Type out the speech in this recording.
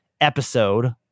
episode